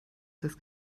das